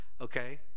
okay